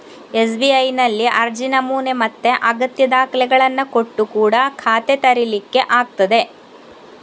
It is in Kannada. ಎಸ್.ಬಿ.ಐನಲ್ಲಿ ಅರ್ಜಿ ನಮೂನೆ ಮತ್ತೆ ಅಗತ್ಯ ದಾಖಲೆಗಳನ್ನ ಕೊಟ್ಟು ಕೂಡಾ ಖಾತೆ ತೆರೀಲಿಕ್ಕೆ ಆಗ್ತದೆ